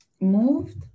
moved